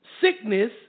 sickness